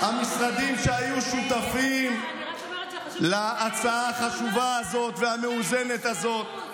לכל המשרדים שהיו שותפים להצעה החשובה הזאת והמאוזנת הזאת,